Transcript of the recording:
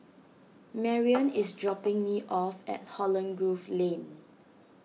Marianne is dropping me off at Holland Grove Lane